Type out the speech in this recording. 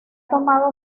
tomado